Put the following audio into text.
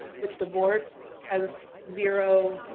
which the board has zero.